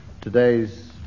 today's